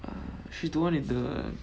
uh she's the [one] in the